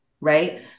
right